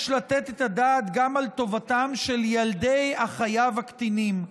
יש לתת את הדעת גם על טובתם של ילדי החייב הקטינים.